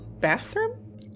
bathroom